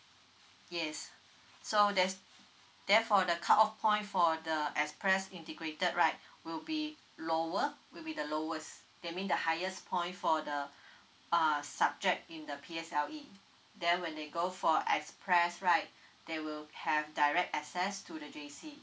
yes so there's therefore the cut off point for the express integrated right will be lower will be the lowest that mean the highest point for the err subject in the P_S_L_E then when they go for express right they will have direct access to the J_C